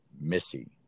Missy